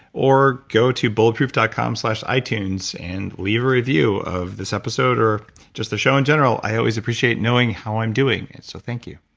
or go to bulletproof dot com slash itunes and leave a review of this episode or just the show in general i always appreciate knowing how i'm doing and so thank you